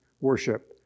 worship